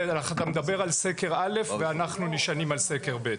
אתה מדבר על סקר א' ואנחנו נשענים על סקר ב'.